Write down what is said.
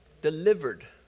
delivered